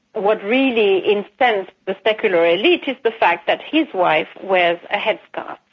what really incensed the secular elite is the fact that his wife wears a headscarf,